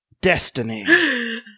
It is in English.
Destiny